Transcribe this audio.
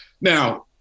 now